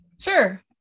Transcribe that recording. Sure